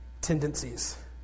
tendencies